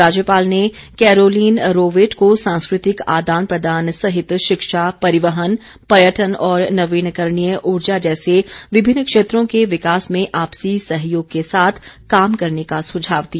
राज्यपाल ने Caroline Rowett को सांस्कृतिक आदान प्रदान सहित शिक्षा परिवहन पर्यटन और नवीनकरणीय ऊर्जा जैसे विभिन्न क्षेत्रों के विकास में आपसी सहयोग के साथ काम करने का सुझाव दिया